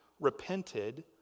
repented